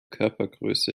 körpergröße